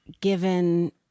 given